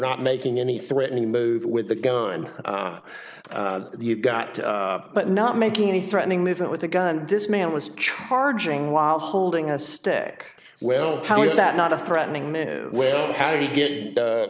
not making any threatening move with the gun you've got but not making any threatening movement with a gun this man was charging while holding a stick well how is that not a threatening manner well how did he get